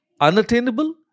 unattainable